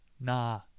Nah